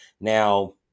Now